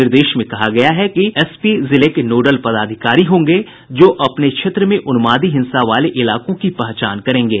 निर्देश में कहा गया है कि एसपी जिले के नोडल पदाधिकारी होंगे जो अपने क्षेत्र में उन्मादी हिंसा वाले इलाकों की पहचान करेंगे